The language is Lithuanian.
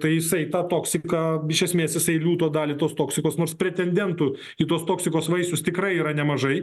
tai jisai tą toksiką iš esmės jisai liūto dalį tos toksikos nors pretendentų į tuos toksikos vaistus tikrai yra nemažai